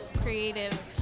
creative